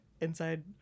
inside